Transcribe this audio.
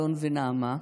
אלון ונעמה,